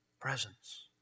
Presence